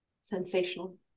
Sensational